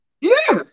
Yes